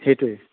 সেইটোৱে